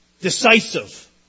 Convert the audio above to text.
decisive